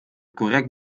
correct